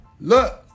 look